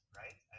right